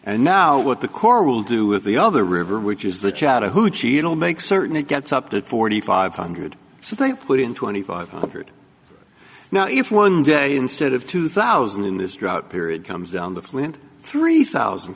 and now what the corps will do with the other river which is the chattahoochee it'll make certain it gets up to forty five hundred so they put in twenty five hundred now if one day instead of two thousand in this drought here it comes down the flint three thousand